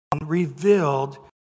revealed